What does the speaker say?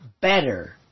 better